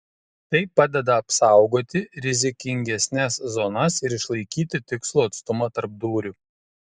tai padeda apsaugoti rizikingesnes zonas ir išlaikyti tikslų atstumą tarp dūrių